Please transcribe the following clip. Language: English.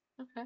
Okay